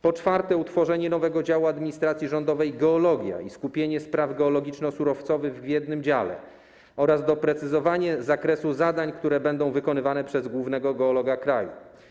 Po czwarte, utworzenie nowego działu administracji rządowej: geologia i skupienie spraw geologiczno-surowcowych w jednym dziale oraz doprecyzowanie zakresu zadań, które będą wykonywane przez głównego geologa kraju.